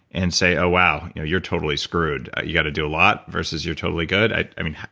and say, oh wow, you know you're totally screwed. you go to do a lot, versus, you're totally good, i i mean,